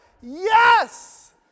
Yes